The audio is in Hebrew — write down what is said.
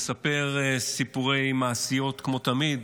מספר סיפורי מעשיות כמו תמיד.